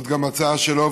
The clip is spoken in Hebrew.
גם זו הצעה שלו,